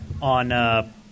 on